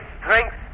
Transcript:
strength